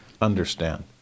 understand